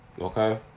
okay